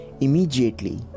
immediately